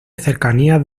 cercanías